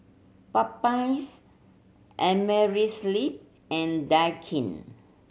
Popeyes Amerisleep and Daikin